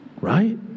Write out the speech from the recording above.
Right